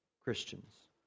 Christians